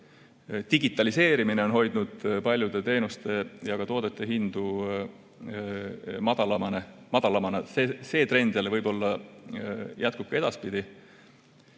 Digitaliseerimine on hoidnud paljude teenuste ja toodete hindu madalamana. See trend võib-olla jätkub ka edaspidi.